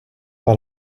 pas